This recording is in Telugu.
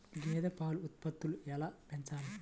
గేదె పాల ఉత్పత్తులు ఎలా పెంచాలి?